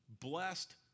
blessed